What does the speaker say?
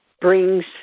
brings